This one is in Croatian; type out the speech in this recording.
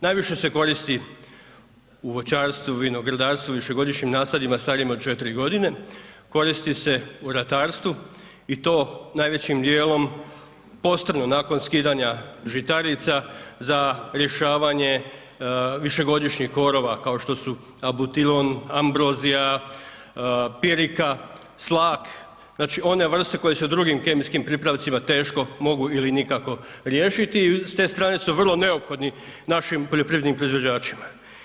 Najviše se koristi u voćarstvu, vinogradarstvu, višegodišnjim nasadima starijim od 4.g., koristi se u ratarstvu i to najvećim dijelom postrno nakon skidanja žitarica za rješavanje višegodišnjeg korova kao što su abutilon, ambrozija, pirika, slak, znači one vrste koje se drugim kemijskim pripravcima teško mogu ili nikako riješiti, s te strane su vrlo neophodni našim poljoprivrednim proizvođačima.